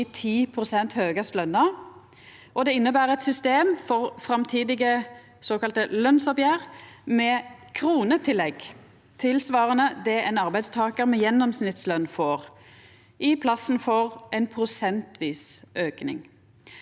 dei 10 pst. høgast løna. Forslaga inneber òg eit system for framtidige såkalla lønsoppgjer med kronetillegg, tilsvarande det ein arbeidstakar med gjennomsnittsløn får, i plassen for ein prosentvis auke.